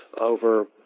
over